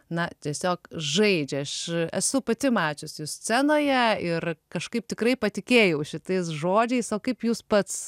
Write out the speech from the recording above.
na tiesiog žaidžia aš esu pati mačiusi scenoje ir kažkaip tikrai patikėjau šitais žodžiais o kaip jūs pats